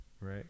Right